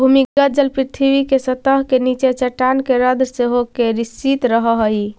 भूमिगत जल पृथ्वी के सतह के नीचे चट्टान के रन्ध्र से होके रिसित रहऽ हई